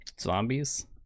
Zombies